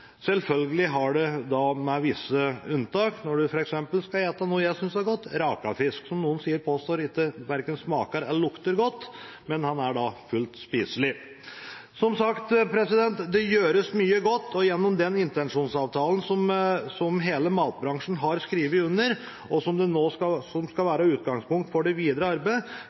Det er selvfølgelig visse unntak, f.eks. når man skal spise noe som jeg syns er godt; rakfisk, som noen påstår verken smaker eller lukter godt, men den er da fullt spiselig. Som sagt, det gjøres mye godt, og gjennom den intensjonsavtalen som hele matbransjen har skrevet under, og som skal være utgangspunkt for det videre arbeidet